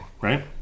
right